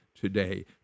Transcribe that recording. today